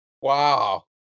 Wow